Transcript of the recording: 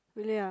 ya